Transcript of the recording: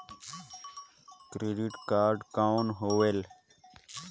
Credit card कौन होएल?